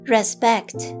Respect